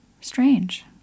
Strange